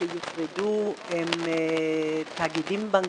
שיופרדו הם תאגידים בנקאיים,